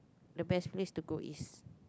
the best place to go is